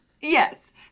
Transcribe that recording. Yes